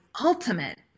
ultimate